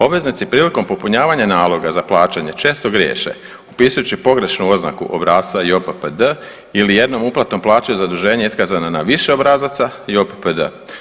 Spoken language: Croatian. Obveznici prilikom popunjavanja naloga za plaćanje često griješe upisujući pogrešnu oznaku obrasca JOPPD ili jednom uplatom plaćaju zaduženje iskazana na više obrazaca i JOPPD.